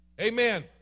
Amen